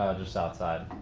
just outside.